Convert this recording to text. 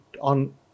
on